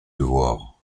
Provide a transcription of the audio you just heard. devoir